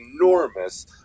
enormous